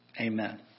Amen